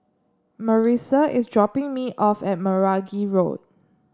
Marissa is dropping me off at Meragi Road